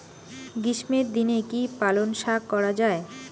গ্রীষ্মের দিনে কি পালন শাখ করা য়ায়?